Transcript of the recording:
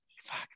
Fuck